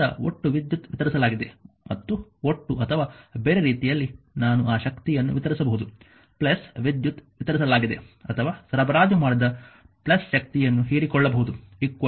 ಆದ್ದರಿಂದ ಒಟ್ಟು ವಿದ್ಯುತ್ ವಿತರಿಸಲಾಗಿದೆ ಮತ್ತು ಒಟ್ಟು ಅಥವಾ ಬೇರೆ ರೀತಿಯಲ್ಲಿ ನಾನು ಆ ಶಕ್ತಿಯನ್ನು ವಿತರಿಸಬಹುದು ವಿದ್ಯುತ್ ವಿತರಿಸಲಾಗಿದೆ ಅಥವಾ ಸರಬರಾಜು ಮಾಡಿದ ಶಕ್ತಿಯನ್ನು ಹೀರಿಕೊಳ್ಳಬಹುದು 0